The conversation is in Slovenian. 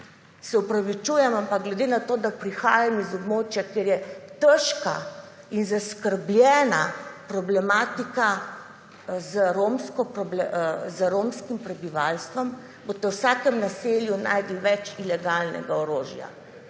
Se opravičujem, ampak glede na to, da prihajam iz območja kjer je težka in zaskrbljena problematika z romskim prebivalstvom, boste v vsakem naselju našli več ilegalnega orožja.